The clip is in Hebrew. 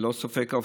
ללא ספק,